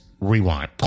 rewind